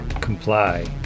Comply